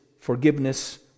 forgiveness